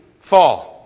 fall